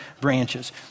branches